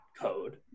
code